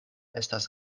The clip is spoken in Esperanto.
estas